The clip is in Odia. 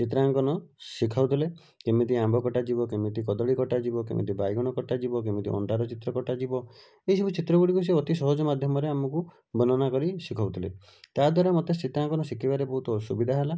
ଚିତ୍ରାଙ୍କନ ଶିଖାଉଥିଲେ କେମିତି ଆମ୍ବ କଟାଯିବ କେମିତି କଦଳୀ କଟାଯିବ କେମିତି ବାଇଗଣ କଟାଯିବ କେମିତି ଅଣ୍ଡାର ଚିତ୍ର କଟାଯିବ ଏଇ ସବୁ ଚିତ୍ର ଗୁଡ଼ିକ ଅତି ସହଜ ମାଧ୍ୟମରେ ଆମକୁ ବର୍ଣ୍ଣନା କରି ଶିଖଉଥିଲେ ତା'ଦ୍ଵାରା ମୋତେ ଚିତ୍ରାଙ୍କନ ଶିଖିବାରେ ବହୁତ ଅସୁବିଧା ହେଲା